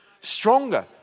stronger